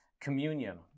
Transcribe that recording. communion